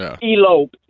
Elope